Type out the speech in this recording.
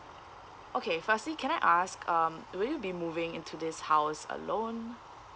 okay firstly can I ask um will you be moving into this house alone